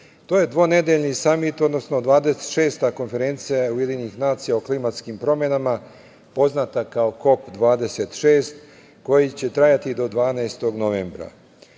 To je dvonedeljni Samit, odnosno 26. Konferencija Ujedinjenih nacija o klimatskim promenama poznata kao KOP 26, koji će trajati do 12. novembra. Učesnici